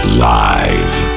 live